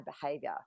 behavior